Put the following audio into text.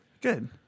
Good